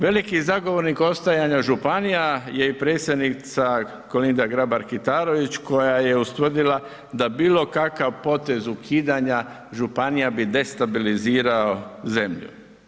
Veliki zagovornik ostajanja županija je i predsjednica Kolinda Grabar Kitarović koja je ustvrdila da bilo kakav potez ukidanja županija bi destabilizirao zemlju.